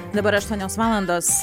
dabar aštuonios valandos